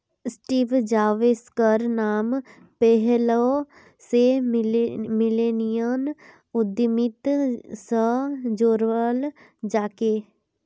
Steve जॉब्सेर नाम पैहलौं स मिलेनियम उद्यमिता स जोड़ाल जाछेक